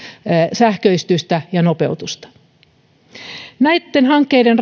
sähköistystä ja nopeutusta ja näiden hankkeiden